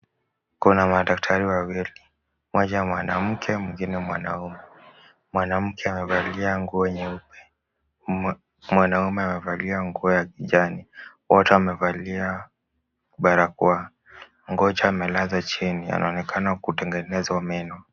Kuna madaktari wawili; mmoja mwanamke mwingine mwanaume. Mwanamke amevalia nguo nyeupe. Mwanaume amevalia nguo ya kijani. Wote wamevalia barakoa. Mgonjwa amelazwa chini. Anaonekana kutengenezwa meno.